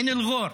מן אל-זור.